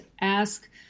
ask